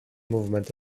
movement